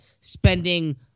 spending